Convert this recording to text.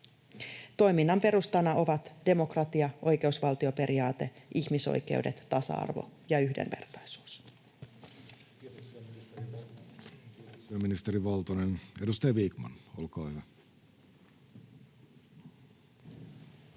Toiminnan perustana ovat demokratia, oikeusvaltioperiaate, ihmisoikeudet, tasa-arvo ja yhdenvertaisuus.